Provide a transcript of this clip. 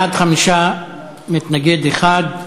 חמישה בעד, מתנגד אחד.